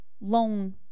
loan